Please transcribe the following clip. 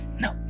no